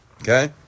Okay